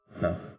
no